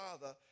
Father